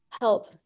help